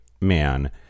man